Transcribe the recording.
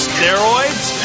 Steroids